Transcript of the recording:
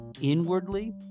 inwardly